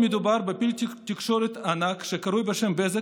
מדובר בפיל תקשורת ענק שקרוי "בזק",